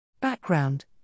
Background